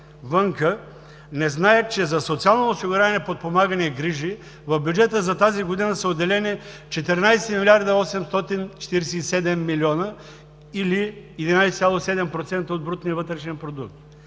отвън, не знаят, че за социално осигуряване, подпомагане и грижи в бюджета за тази година са отделени 14 млрд. 847 млн. лв., или 11,7% от брутния вътрешен продукт.